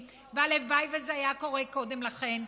והלוואי שזה היה קורה קודם לכן,